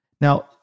Now